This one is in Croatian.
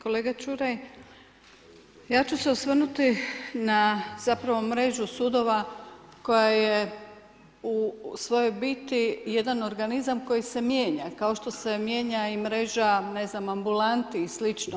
Kolega Čuraj, ja ću se osvrnuti na zapravo mrežu sudova koja je u svojo biti jedan organizam koji se mijenja kao što se mijenja i mreža ambulanti i slično.